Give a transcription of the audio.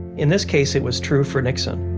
in this case, it was true for nixon.